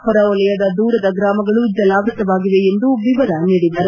ಹೊರವಲಯದ ದೂರದ ಗ್ರಾಮಗಳು ಜಲಾವೃತವಾಗಿವೆ ಎಂದು ವಿವರ ನೀಡಿದರು